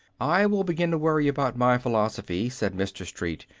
i will begin to worry about my philosophy, said mr. street,